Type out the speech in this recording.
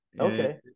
okay